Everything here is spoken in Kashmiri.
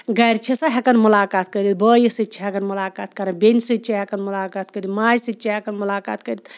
گَرِ چھِ سۄ ہٮ۪کان مُلاقات کٔرِتھ بٲیس سۭتۍ چھِ ہٮ۪کان مُلاقات کرٕنۍ بیٚنہِ سۭتۍ چھِ ہٮ۪کان مُلاقات کٔرِتھ ماجہِ سۭتۍ چھِ ہٮ۪کان مُلاقات کٔرِتھ